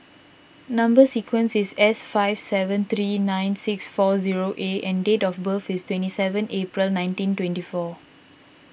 Number Sequence is S five seven three nine six four zero A and date of birth is twenty seven April nineteen twenty four